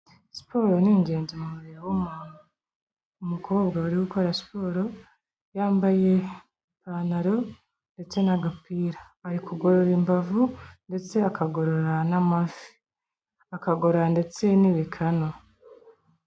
Siporo ni ingenzi mu mubiri w'umuntu. Umukobwa uri gukora siporo yambaye ipantaro ndetse n'agapira. Ari kugorora imbavu ndetse akagorora n'amavi. Akagorora ndetse n'ibikanu.